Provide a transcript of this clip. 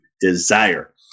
desire